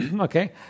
okay